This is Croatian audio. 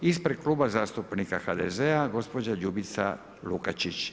Ispred Kluba zastupnika HDZ-a, gospođa Ljubica Lukačić.